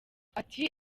ati